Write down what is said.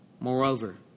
Moreover